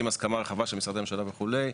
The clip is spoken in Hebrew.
הסכמה רחבה של משרדי הממשלה וכולה,